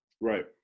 Right